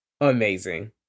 Amazing